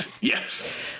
Yes